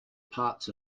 parts